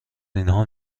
اینها